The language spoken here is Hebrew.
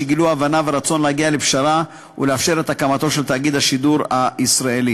שגילו הבנה ורצון להגיע לפשרה ולאפשר את הקמתו של תאגיד השידור הישראלי.